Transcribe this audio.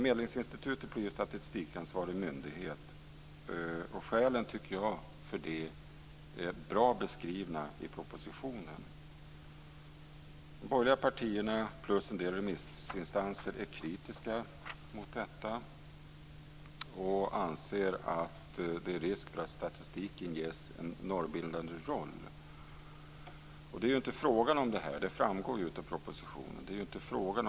Medlingsinstitutet blir statistikansvarig myndighet. Skälen till det tycker jag är bra beskrivna i propositionen. De borgerliga partierna plus en del remissinstanser är kritiska mot detta och anser att det är risk för att statistiken ges en normbildande roll. Det är inte fråga om detta. Det framgår ju av propositionen.